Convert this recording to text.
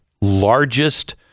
Largest